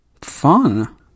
Fun